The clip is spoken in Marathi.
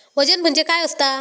वजन म्हणजे काय असता?